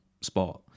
spot